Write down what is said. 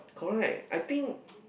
correct I think